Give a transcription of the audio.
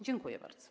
Dziękuję bardzo.